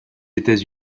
états